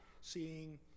seeing